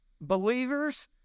Believers